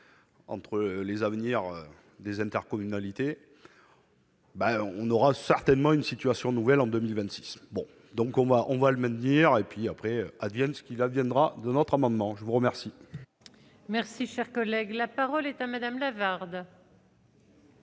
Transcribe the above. entre les à venir des intercommunalités. Ben, on aura certainement une situation nouvelle, en 2026 bon, donc on va, on va le même dire et puis après, advienne ce qu'il adviendra de notre amendement, je vous remercie. Merci, cher collègue, la parole est à Madame Lavarde.